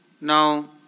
now